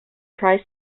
tries